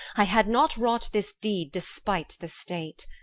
i had not wrought this deed despite the state.